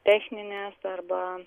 techninės arba